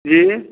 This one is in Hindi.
जी